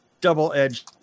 double-edged